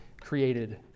created